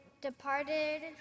departed